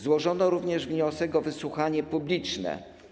Złożono również wniosek o wysłuchanie publiczne.